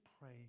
pray